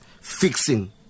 fixing